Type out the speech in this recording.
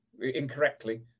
incorrectly